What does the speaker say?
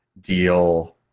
deal